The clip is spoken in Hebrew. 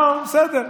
היא לא סופרת אותך.